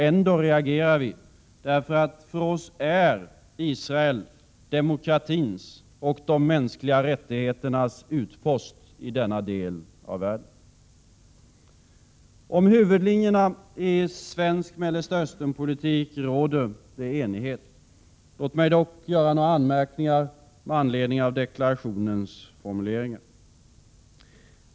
Ändå reagerar vi, därför att för oss är Israel demokratins och de mänskliga rättigheternas utpost i denna del av världen. Om huvudlinjerna i svensk Mellersta Östern-politik råder enighet. Låt mig dock göra några anmärkningar med anledning av deklarationens formuleringar.